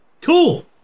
Cool